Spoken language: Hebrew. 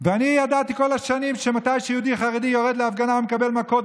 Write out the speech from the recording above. הכול